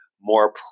more